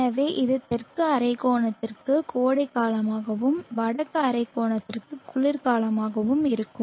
எனவே இது தெற்கு அரைக்கோளத்திற்கு கோடைகாலமாகவும் வடக்கு அரைக்கோளத்திற்கு குளிர்காலமாகவும் இருக்கும்